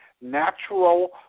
natural